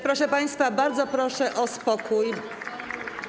Proszę państwa, bardzo proszę o spokój.